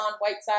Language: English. Whiteside